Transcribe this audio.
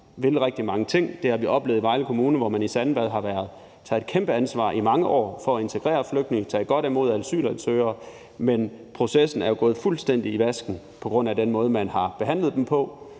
vil rigtig mange ting. Det har vi oplevet i Vejle Kommune, hvor man i Sandvad har taget et kæmpe ansvar i mange år for at integrere flygtninge, taget godt imod asylansøgere, men processen er jo gået fuldstændig i vasken på grund af den måde, man har behandlet dem på,